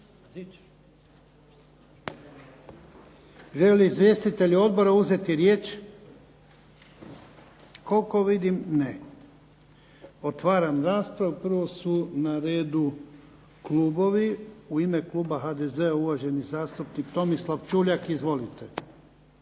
li izvjestitelji odbora uzeti riječ? Koliko vidim ne. Otvaram raspravu. Prvo su na redu klubovi. U ime kluba HDZ-a uvaženi zastupnik Tomislav Čuljak. Izvolite.